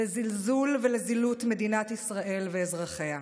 לזלזול ולזילות מדינת ישראל ואזרחיה,